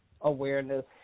awareness